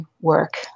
work